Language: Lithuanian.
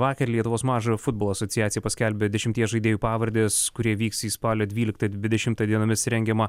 vakar lietuvos mažojo futbolo asociacija paskelbė dešimties žaidėjų pavardes kurie vyks į spalio dvyliktą dvidešimtą dienomis rengiamą